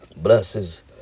Blesses